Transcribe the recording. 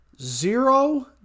Zero